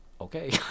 okay